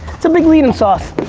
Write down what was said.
it's a big lead in sauce.